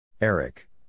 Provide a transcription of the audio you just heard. Eric